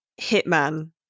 Hitman